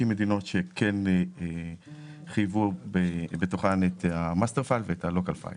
מדינות שכן חייבו את ה-master file ואת ה-local file.